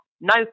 No